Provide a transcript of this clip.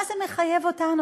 מה זה מחייב אותנו?